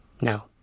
no